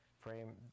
frame